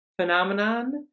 phenomenon